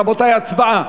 רבותי, הצבעה.